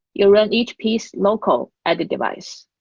you run each piece local at a device,